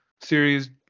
series